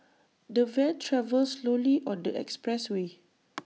the van travelled slowly on the expressway